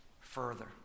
further